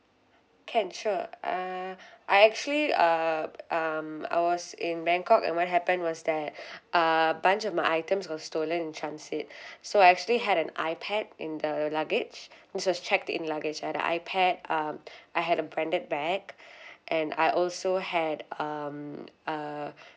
can sure uh I actually uh um I was in bangkok and what happen was that uh bunch of my items were stolen in transit so I actually had an iPad in the luggage it was check in the luggage I had a iPad um I had a branded bag and I also had um uh